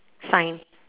sign